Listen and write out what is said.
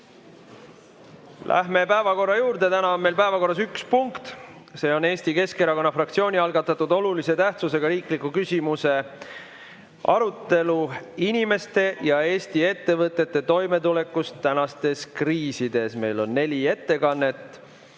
Läheme päevakorra juurde. Täna on meil päevakorras üks punkt. See on Eesti Keskerakonna fraktsiooni algatatud olulise tähtsusega riikliku küsimuse "Inimeste ja Eesti ettevõtete toimetulekust tänastes kriisides" arutelu. Meil on neli ettekannet.